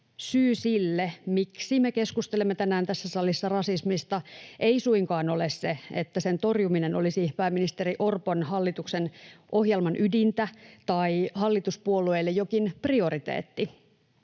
Syy sille, miksi me keskustelemme tänään tässä salissa rasismista, ei suinkaan ole se, että sen torjuminen olisi pääministeri Orpon hallituksen ohjelman ydintä tai hallituspuolueille jokin prioriteetti.